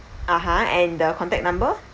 (uh huh) and the contact number